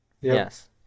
Yes